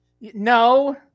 No